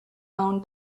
own